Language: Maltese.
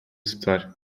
isptar